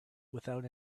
without